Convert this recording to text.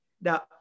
now